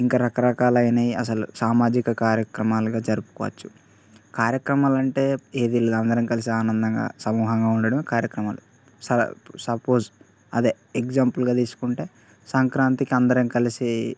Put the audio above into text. ఇంక రకరకాల అయినయి అసలు సామాజిక కార్యక్రమాలుగా జరుపుకోచ్చు కార్యక్రమాలు అంటే అందరం కలిసి ఆనందంగా సమూహంగా ఉండటమే కార్యక్రమాలు స సపోజ్ అదే ఎగ్జాంపుల్గా తీసుకుంటే సంక్రాంతికి అందరం కలిసి